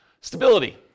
Stability